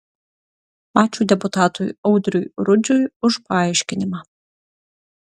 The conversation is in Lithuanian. ačiū deputatui audriui rudžiui už paaiškinimą